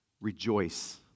Rejoice